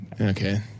Okay